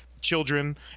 children